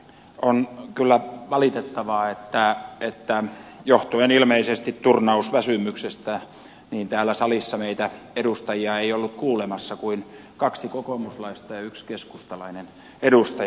on kyllä valitettavaa että johtuen ilmeisesti turnausväsymyksestä täällä salissa meitä edustajia ei ollut kuulemassa kuin kaksi kokoomuslaista ja yksi keskustalainen edustaja